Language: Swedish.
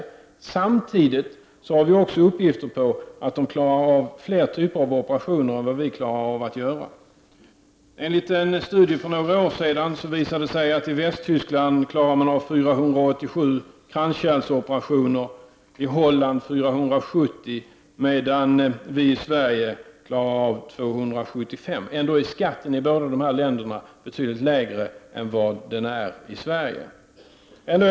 Men samtidigt finns det uppgifter om att man där klarar av fler typer av operationer än vi gör. Av en studie som gjordes för några år sedan framgår att man i Västtyskland klarar 487 kranskärlsoperationer. I Holland klarar man 470, medan man i Sverige klarar 275 — detta trots att skatten i de här båda länderna är betydligt lägre än skatten i Sverige.